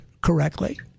correctly